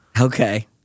Okay